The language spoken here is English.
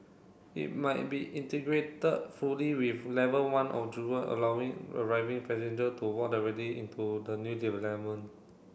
it might be integrated fully with level one of Jewel allowing arriving passenger to walk directly into the new development